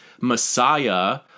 messiah